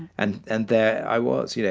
and and there i was, you know,